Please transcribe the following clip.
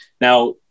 Now